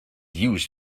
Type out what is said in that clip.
used